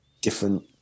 different